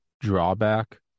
drawback